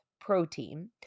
protein